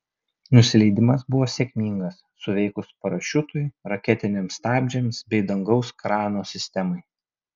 nusileidimas buvo sėkmingas suveikus parašiutui raketiniams stabdžiams bei dangaus krano sistemai